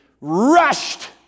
rushed